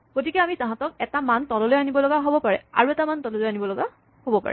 গতিকে আমি তাহাঁতক এটা মান তললৈ আনিব লগা হ'ব পাৰে আৰু এটা মান আনিব লগা হ'ব পাৰে